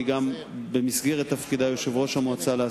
לפני שקמה הממשלה הנוכחית,